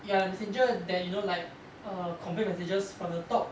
you are the messenger that you know like err convey messages from the top